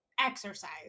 exercise